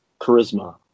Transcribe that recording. charisma